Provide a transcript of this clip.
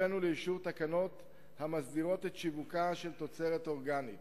הבאנו לאישור תקנות המסדירות את שיווקה של תוצרת אורגנית,